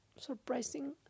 surprising